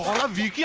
love you